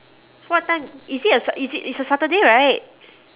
what time is it a s~ is it it's a saturday right